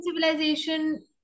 civilization